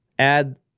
add